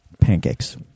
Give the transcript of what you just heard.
pancakes